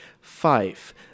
Five